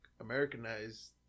Americanized